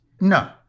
No